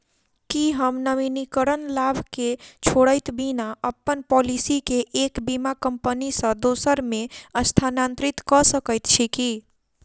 की हम नवीनीकरण लाभ केँ छोड़इत बिना अप्पन पॉलिसी केँ एक बीमा कंपनी सँ दोसर मे स्थानांतरित कऽ सकैत छी की?